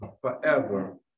forever